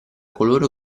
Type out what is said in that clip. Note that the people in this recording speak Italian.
coloro